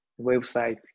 website